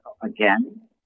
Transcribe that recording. again